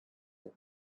have